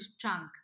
trunk